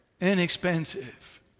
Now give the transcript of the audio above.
inexpensive